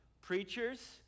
preachers